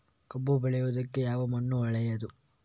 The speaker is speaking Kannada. ಕಬ್ಬು ಬೆಳೆಯುವುದಕ್ಕೆ ಯಾವ ಮಣ್ಣು ಒಳ್ಳೆಯದು?